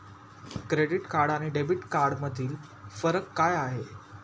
Credit card आणि debit कार्डमधील फरक काय आहे?